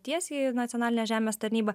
tiesiai į nacionalinę žemės tarnybą